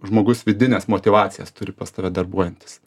žmogus vidines motyvacijas turi pas tave darbuojantis